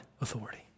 authority